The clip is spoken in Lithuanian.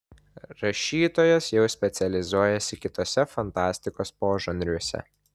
rašytojas jau specializuojasi kituose fantastikos požanriuose